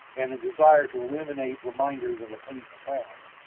and a desire to eliminate reminders of a painful past.